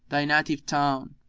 thy native town,